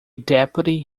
deputy